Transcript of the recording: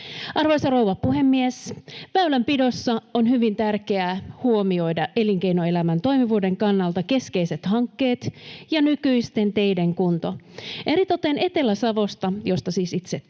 Arvoisa rouva puhemies! Väylänpidossa on hyvin tärkeää huomioida elinkeinoelämän toimivuuden kannalta keskeiset hankkeet ja nykyisten teiden kunto. Eritoten Etelä-Savossa, josta siis itse tulen,